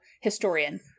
Historian